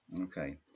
okay